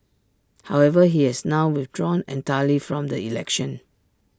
however he has now withdrawn entirely from the election